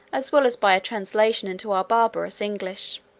as well as by a translation into our barbarous english.